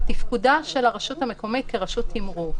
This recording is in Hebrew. מדובר על תפקודה של הרשות המקומית כרשות תימרור.